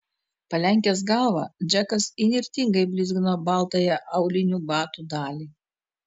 palenkęs galvą džekas įnirtingai blizgino baltąją aulinių batų dalį